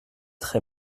très